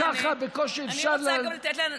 גם ככה בקושי אפשר, לא.